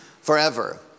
forever